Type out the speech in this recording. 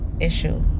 issue